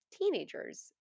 teenagers